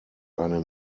eine